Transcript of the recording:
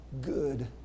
good